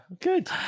Good